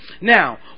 Now